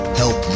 help